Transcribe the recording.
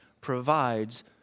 provides